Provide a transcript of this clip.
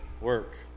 work